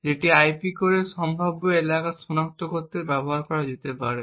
যেটি আইপি কোরের সম্ভাব্য এলাকা সনাক্ত করতে ব্যবহার করা যেতে পারে